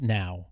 now